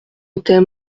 était